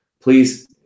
please